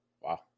Wow